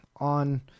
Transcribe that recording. on